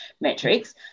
metrics